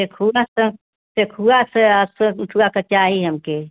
सेखुवा से सेखुवा से चाही हमके